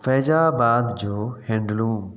फ़ैज़ाबाद जो हैंडलूम